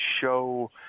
show